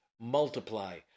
multiply